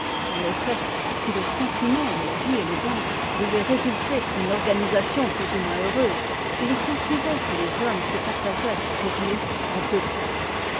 en effet si le sentiment de la vie élégante devait résulter d'une organisation plus ou moins heureuse il s'ensuivait que les hommes se partageaient pour nous en deux classes